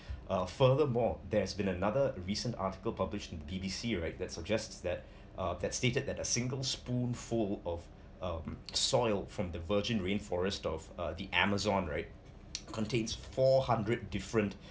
uh furthermore there's been another recent article published in B_B_C right that suggests that uh that stated that a single spoonful of uh soil from the virgin rainforest of uh the amazon right contains four hundred different